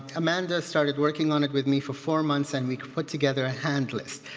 amanda started working on it with me for four months and we put together a hand list.